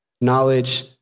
knowledge